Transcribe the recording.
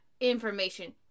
information